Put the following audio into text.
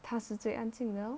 他是最安静的 lor